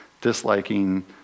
disliking